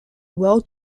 well